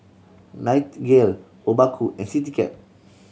Nightingale Obaku and Citycab